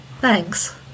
Thanks